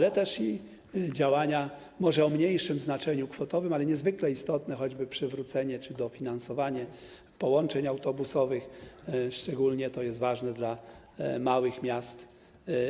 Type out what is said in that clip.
Były też działania może o mniejszym znaczeniu kwotowym, ale niezwykle istotne, choćby przywrócenie czy dofinansowanie połączeń autobusowych, szczególnie jest to ważne dla małych miast